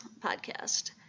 podcast